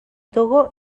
togo